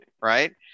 Right